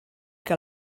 que